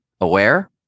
aware